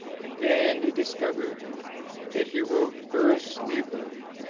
and then you discovered that he wrote vers libre.